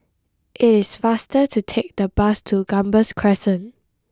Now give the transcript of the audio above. It is faster to take the bus to Gambas Crescent